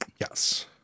Yes